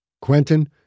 Quentin